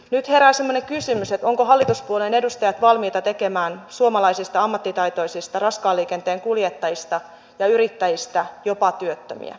nyt herää semmoinen kysymys ovatko hallituspuolueiden edustajat valmiita tekemään suomalaisista ammattitaitoisista raskaan liikenteen kuljettajista ja yrittäjistä jopa työttömiä